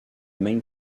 main